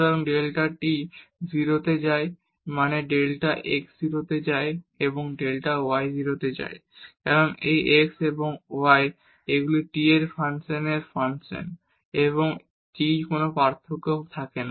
সুতরাং delta t 0 তে যায় মানে ডেল্টা x 0 তে যায় এবং ডেল্টা y 0 তে যায় কারণ এই x এবং y এগুলি t এর ফাংশনের ফাংশন এবং যদি t তে কোন পার্থক্য না থাকে